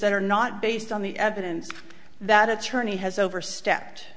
that are not based on the evidence that attorney has overstepped